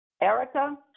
Erica